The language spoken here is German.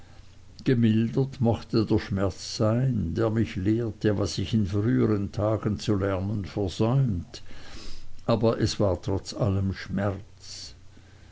gemildert mochte der schmerz sein der mich lehrte was ich in früheren tagen zu lernen versäumt aber es war trotz alledem schmerz